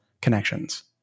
connections